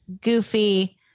goofy